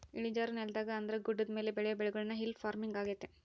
ಇಳಿಜಾರು ನೆಲದಾಗ ಅಂದ್ರ ಗುಡ್ಡದ ಮೇಲೆ ಬೆಳಿಯೊ ಬೆಳೆಗುಳ್ನ ಹಿಲ್ ಪಾರ್ಮಿಂಗ್ ಆಗ್ಯತೆ